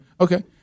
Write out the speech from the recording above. Okay